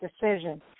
decision